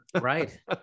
Right